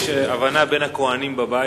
יש הבנה בין הכוהנים בבית.